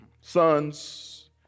sons